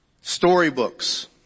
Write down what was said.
storybooks